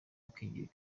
akigira